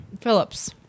Phillips